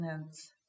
notes